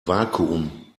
vakuum